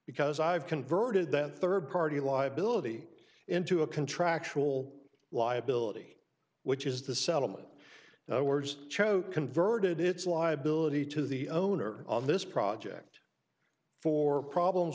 because i've converted that third party liability into a contractual liability which is the settlement no words choke converted it's liability to the owner on this project for problems